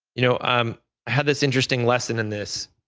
you know um have this interesting lesson in this.